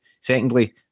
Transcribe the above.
secondly